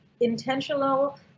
intentional